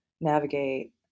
navigate